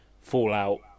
Fallout